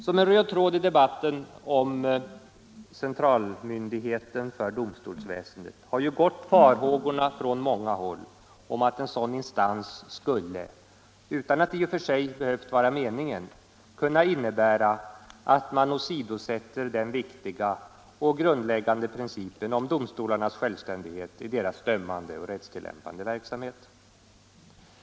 Som en röd tråd i debatten om en centralmyndighet för domstolsväsendet har gått farhågorna från många håll för att en sådan instans skulle, utan att det i och för sig behövt vara meningen, kunna innebära att man åsidosätter den viktiga och grundläggande principen om domstolarnas självständighet i deras dömande och rättstillämpande verksamhet.